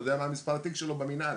הוא יודע מה מספר התיק שלו במינהל.